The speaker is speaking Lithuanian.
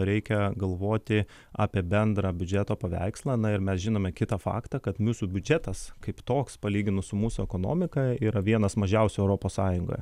reikia galvoti apie bendrą biudžeto paveikslą na ir mes žinome kitą faktą kad mūsų biudžetas kaip toks palyginus su mūsų ekonomika yra vienas mažiausių europos sąjungoje